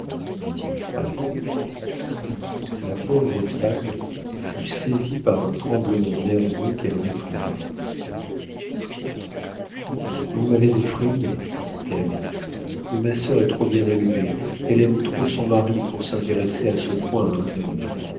dit-il froidement la pauvre femme fut saisie par un tremblement nerveux qu'elle réprima vous m'avez effrayée dit-elle mais ma sœur est trop bien élevée elle aime trop son mari pour s'intéresser à ce point à un homme